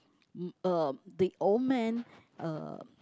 uh the old man uh